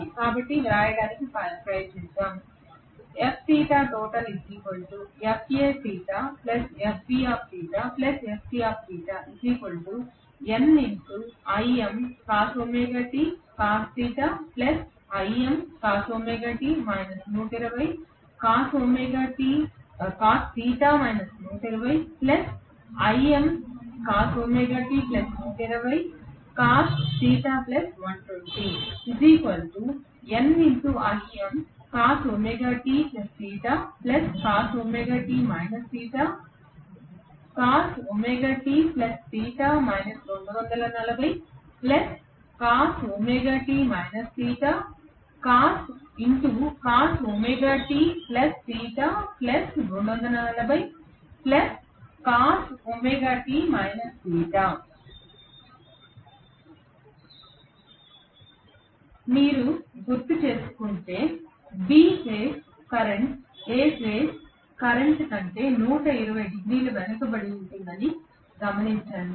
కాబట్టి వ్రాయడానికి ప్రయత్నిద్దాం మీరు గుర్తుచేసుకుంటే B phase current A phase current కంటే 120 డిగ్రీల వెనుకబడి ఉందని గమనించండి